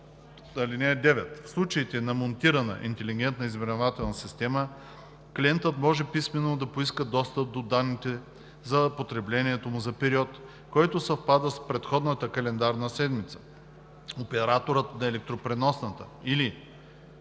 (9) В случаите на монтирана интелигентна измервателна система клиентът може писмено да поиска достъп до данните за потреблението му за период, който съвпада с предходната календарна седмица. Операторът на електропреносната или на съответната